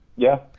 yeah,